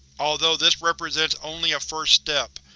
although this represents only a first step,